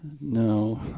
no